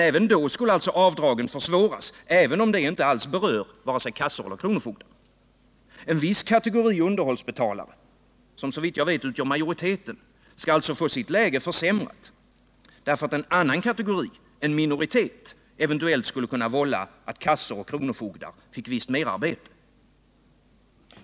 Även då skulle alltså avdragen försvåras, även om de inte alls berör vare sig kassor eller kronofogdar. En viss kategori underhållsbetalare, som såvitt jag vet utgör majoriteten, skall alltså få sitt läge försämrat därför att en annan kategori, en minoritet, eventuellt skulle kunna vålla kassor och kronofogdar visst merarbete.